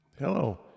Hello